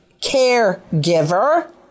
caregiver